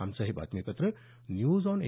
आमचं हे बातमीपत्र न्यूज ऑन ए